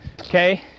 Okay